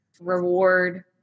reward